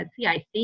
CIC